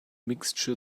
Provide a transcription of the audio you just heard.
mixture